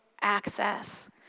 access